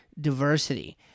diversity